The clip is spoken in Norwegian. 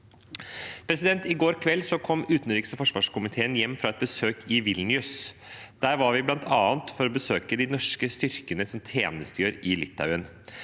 I går kveld kom utenriks- og forsvarskomiteen hjem fra et besøk i Vilnius. Der var vi bl.a. for å besøke de norske styrkene som tjenestegjør i Litauen.